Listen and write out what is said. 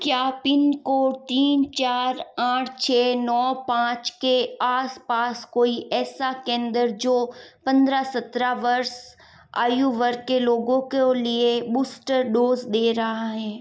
क्या पिनकोड तीन चार आठ छः नौ पाँच के आस पास कोई ऐसा केंद्र जो पंद्रह सत्रह वर्ष आयु वर्ग के लोगों के लिए बूस्टर डोज दे रहा है